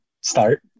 start